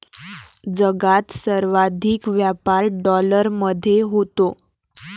जगात सर्वाधिक व्यापार डॉलरमध्ये होतो